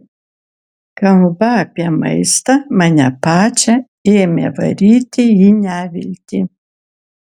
kalba apie maistą mane pačią ėmė varyti į neviltį